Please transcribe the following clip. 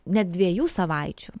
net dviejų savaičių